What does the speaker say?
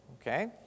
okay